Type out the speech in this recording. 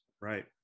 Right